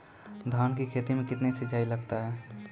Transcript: धान की खेती मे कितने सिंचाई लगता है?